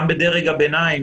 גם בדרג הביניים